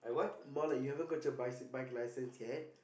more like you haven't got your bicy~ bike license yet